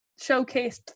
showcased